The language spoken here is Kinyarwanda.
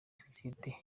sosiyete